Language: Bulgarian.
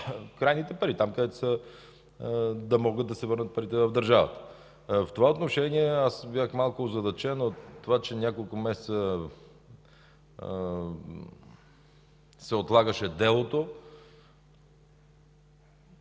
крайните пари – там, където да могат да се върнат парите в държавата. В това отношение бях малко озадачен от това, че няколко месеца се отлагаше делото.